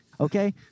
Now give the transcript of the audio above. Okay